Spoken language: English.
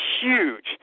huge